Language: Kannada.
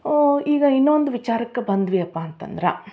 ಈಗ ಇನ್ನೊಂದು ವಿಚಾರಕ್ಕೆ ಬಂದ್ವಿ ಅಪ್ಪ ಅಂತಂದ್ರೆ